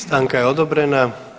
Stanka je odobrena.